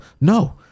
No